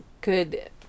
good